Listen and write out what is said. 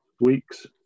weeks